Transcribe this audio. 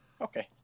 Okay